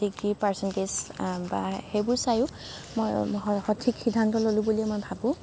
degree percentage বা সেইবোৰ চাইও মই সঠিক সিদ্ধান্ত ল'লোঁ বুলিয়ে মই ভাবোঁ